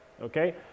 okay